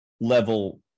level